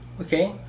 Okay